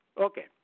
Okay